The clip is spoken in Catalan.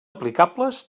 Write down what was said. aplicables